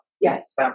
Yes